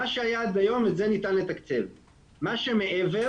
מה שהיה עד היום, את זה ניתן לתקצב.